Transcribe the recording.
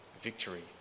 victory